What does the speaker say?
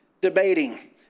debating